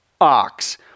ox